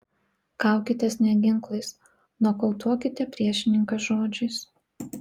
kaukitės ne ginklais nokautuokite priešininką žodžiais